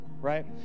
Right